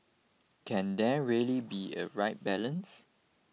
can there really be a right balance